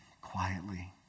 quietly